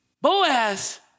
Boaz